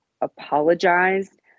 apologized